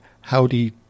Howdy